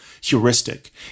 heuristic